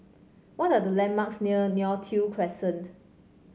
what are the landmarks near Neo Tiew Crescent